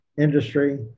industry